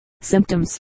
Symptoms